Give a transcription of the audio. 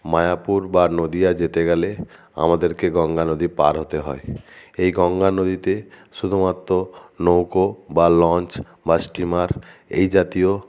মায়াপুর বা নদিয়া যেতে গেলে আমাদেরকে গঙ্গা নদী পার হতে হয় এই গঙ্গা নদীতে শুধুমাত্র নৌকো বা লঞ্চ বা স্টিমার এই জাতীয়